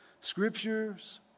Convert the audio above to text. Scripture's